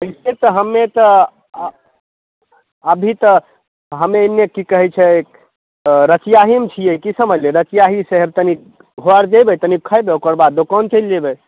वैसे तऽ हमे तऽ अभी तऽ हमे एने की कहै छै रसिआहीमे छियै की समझलियै रसिआही शहर तनी घर जेबै तनिक खयबै ओकर बाद तनी दोकान चलि जेबै